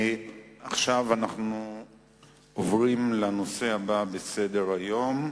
אנחנו עוברים לנושא הבא בסדר-היום: